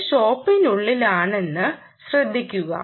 ഇത് ഷോപ്പിനുള്ളിലാണെന്ന് ശ്രദ്ധിക്കുക